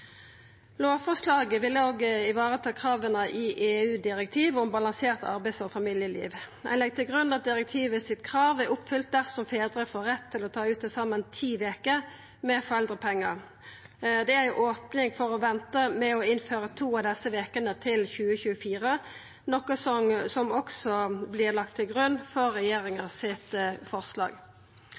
Lovforslaget vil òg vareta krava i EU-direktivet om balansert arbeids- og familieliv. Eg legg til grunn at direktivet sitt krav er oppfylt dersom fedrar får rett til å ta ut til saman ti veker med foreldrepengar. Det er ei opning for å venta med å innføra to av desse vekene til 2024, noko som òg vert lagt til grunn for regjeringa sitt forslag.